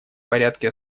порядке